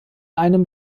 einem